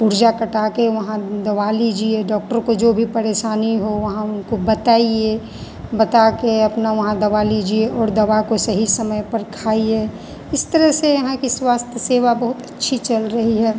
पुर्जा कटा के वहाँ दवा लीजिए डॉक्टर को जो भी परेशानी हो वहाँ उनको बताइए बता के अपना वहाँ दवा लीजिए और दवा को सही समय पर खाइए इस तरह से यहाँ की स्वास्थ्य सेवा बहुत अच्छी चल रही है